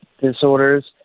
disorders